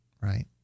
right